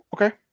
Okay